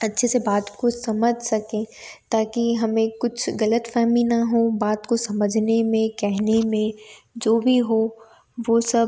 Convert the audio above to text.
अच्छे से बात को समझ सकें ताकि हमें कुछ ग़लत फ़हमी न हो बात को समझने में कहने में जो भी हो वो सब